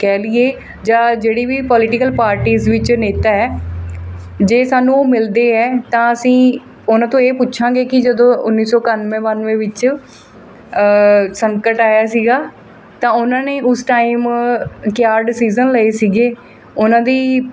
ਕਹਿ ਲਈਏ ਜਾਂ ਜਿਹੜੀ ਵੀ ਪੋਲੀਟੀਕਲ ਪਾਰਟੀਜ਼ ਵਿੱਚ ਨੇਤਾ ਹੈ ਜੇ ਸਾਨੂੰ ਮਿਲਦੇ ਹੈ ਤਾਂ ਅਸੀਂ ਉਹਨਾਂ ਤੋਂ ਇਹ ਪੁੱਛਾਂਗੇ ਕਿ ਜਦੋਂ ਉੱਨੀ ਸੌ ਇਕਾਨਵੇਂ ਬਾਨਵੇਂ ਵਿੱਚ ਸੰਕਟ ਆਇਆ ਸੀਗਾ ਤਾਂ ਉਹਨਾਂ ਨੇ ਉਸ ਟਾਈਮ ਕਿਆ ਡਿਸੀਜ਼ਨ ਲਏ ਸੀਗੇ ਉਹਨਾਂ ਦੀ